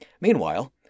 Meanwhile